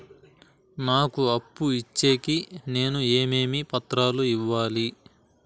నాకు అప్పు ఇచ్చేకి నేను ఏమేమి పత్రాలు ఇవ్వాలి